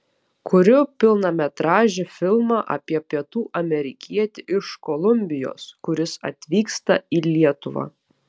kuriu pilnametražį filmą apie pietų amerikietį iš kolumbijos kuris atvyksta į lietuvą